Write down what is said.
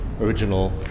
original